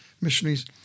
missionaries